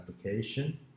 application